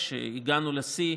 כשהגענו לשיא,